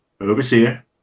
Overseer